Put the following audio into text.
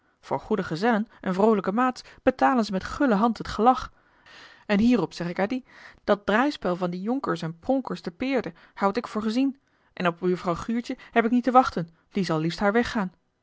voor goede gezellen en vroolijke maats betalen ze met gulle hand het gelag en hierop zeg ik a l g bosboom-toussaint de delftsche wonderdokter eel dat draaispel van die jonkers en pronkers te peerde houd ik voor gezien en op buurvrouw guurtje heb ik niet te wachten die zal liefst haar